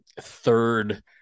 third